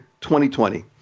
2020